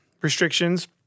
restrictions